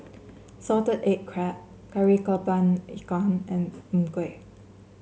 Salted Egg Crab Kari kepala Ikan and Png Kueh